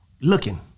looking